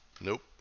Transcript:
Nope